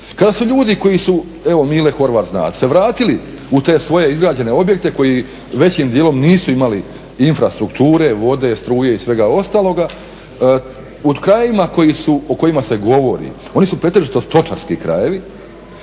kada su ljudi koji su, evo Mile Horvat zna, se vratili u te svoje izgrađene objekte koji većim dijelom nisu imali infrastrukture, vode, struje i svega ostaloga u krajevima koji su, o kojima se govori, oni su pretežito stočarski krajevi,